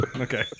Okay